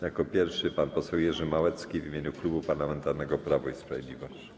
Jako pierwszy - pan poseł Jerzy Małecki w imieniu Klubu Parlamentarnego Prawo i Sprawiedliwość.